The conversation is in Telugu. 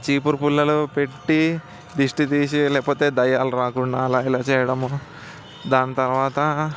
చీపురుపుల్లలు పెట్టి దిష్టి తీసి లేకపోతే దయ్యాలు రాకుండా అలా ఇలా చేయడం దాని తర్వాత